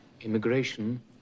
Immigration